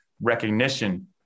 recognition